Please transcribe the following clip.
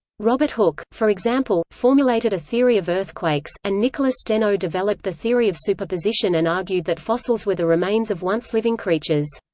robert hooke, for example, formulated a theory of earthquakes, and nicholas steno developed the theory of superposition and argued that fossils were the remains of once-living creatures.